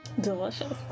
Delicious